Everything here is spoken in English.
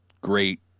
great